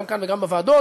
גם כאן וגם בוועדות,